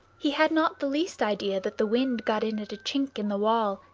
he had not the least idea that the wind got in at a chink in the wall,